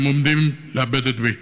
והם עומדים לאבד את ביתם.